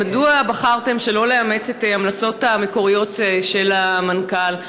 מדוע בחרתם שלא לאמץ את ההמלצות המקוריות של המנכ"ל: